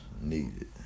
needed